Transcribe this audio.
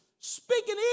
speaking